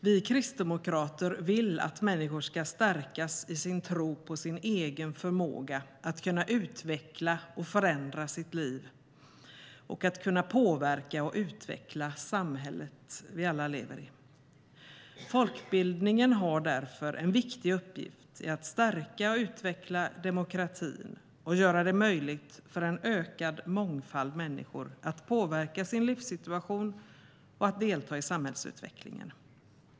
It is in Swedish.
Vi kristdemokrater vill att människor ska stärkas i sin tro på sin egen förmåga att kunna utveckla och förändra sitt liv och att kunna påverka och utveckla samhället vi alla lever i. Folkbildningen har därför en viktig uppgift i att stärka och utveckla demokratin och göra det möjligt för en ökad mångfald av människor att påverka sin livssituation och delta i samhällsutvecklingen.